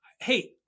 hey